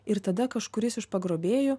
ir tada kažkuris iš pagrobėjų